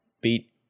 Beat